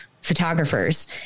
photographers